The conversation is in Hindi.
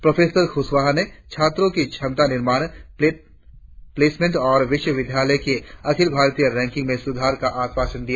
प्रोफेसर खुशवाहा ने छात्रों की क्षमता निर्माण प्लेसमेंट और विश्वविद्यालय के अखिल भारतीय रैंकिंग में सुधार का आश्वासन दिया